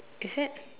is it